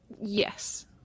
Yes